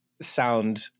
sound